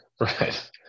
Right